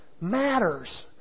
matters